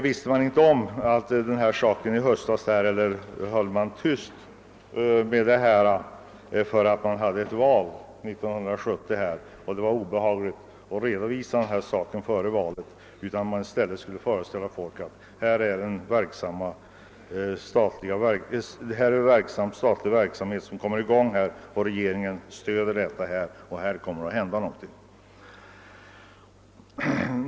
Kände man inte till denna sak i höstas eller höll man tyst om den bara därför att det förestod ett val och man tyckte att det var obehagligt att redovisa det hela före valet? Ville man i stället ge människorna föreställningen att det med regeringens stöd skulle komma i gång en omfattande statlig verksamhet här uppe?